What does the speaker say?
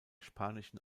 spanischen